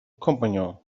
companion